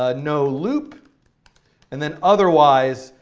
ah noloop, and then, otherwise,